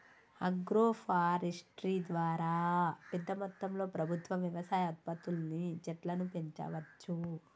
agro forestry ద్వారా పెద్ద మొత్తంలో ప్రభుత్వం వ్యవసాయ ఉత్పత్తుల్ని చెట్లను పెంచవచ్చు